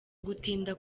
gutinda